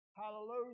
Hallelujah